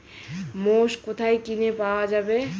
মোষ কোথায় কিনে পাওয়া যাবে?